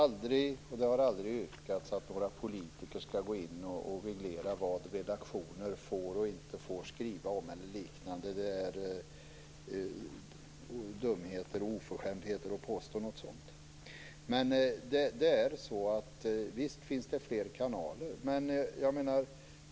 Herr talman! Det har aldrig yrkats att några politiker skall gå in och reglera vad redaktioner får, och inte får, skriva om eller liknande. Det är dumt och oförskämt att påstå något sådant. Men visst finns flera kanaler.